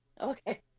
Okay